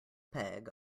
peg